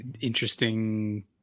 Interesting